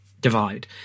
divide